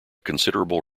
considerable